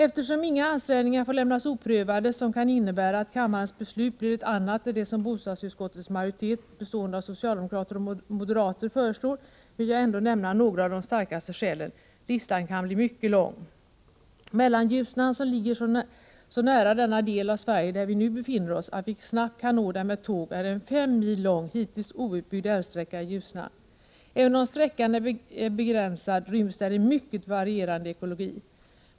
Eftersom inga ansträngningar får lämnas oprövade som kan innebära att kammarens beslut blir ett annat än det som bostadsutskottets majoritet, bestående av socialdemokrater och moderater, föreslår, vill jag ändå nämna några av de starkaste skälen; listan kan bli mycket lång. Mellanljusnan som ligger så nära den del av Sverige där vi nu befinner oss att vi snabbt kan nå den med tåg är en fem mil lång, hittills outbyggd, älvsträcka i Ljusnan. Även om sträckan är begränsad ryms där en mycket varierande ekologi.